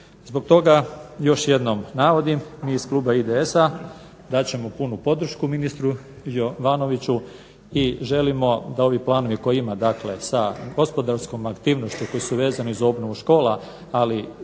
Zbog toga još jednom navodim, mi iz kluba IDS-a dat ćemo punu podršku ministru Jovanoviću i želimo da ovi planovi koje ima sa gospodarskom aktivnošću koje su vezani za obnovu škola ali